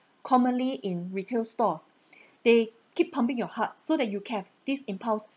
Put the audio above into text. commonly in retail stores they keep pumping your heart so that you can have this impulse